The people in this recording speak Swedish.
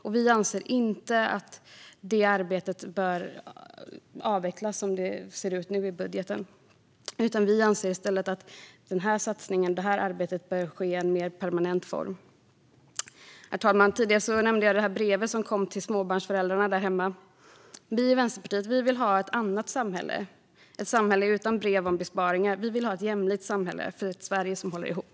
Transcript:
Vi anser därför inte att det arbetet bör avvecklas, som det nu ser ut i budgeten, utan vi anser i stället att satsningen och arbetet bör ske i en mer permanent form. Herr talman! Jag nämnde tidigare det brev som kom till småbarnsföräldrarna där hemma. Vi i Vänsterpartiet vill ha ett annat samhälle, ett samhälle utan brev om besparingar. Vi vill ha ett jämlikt samhälle, för ett Sverige som håller ihop.